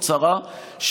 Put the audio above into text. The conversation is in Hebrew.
והרשימה לצערי לא קצרה,